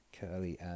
curly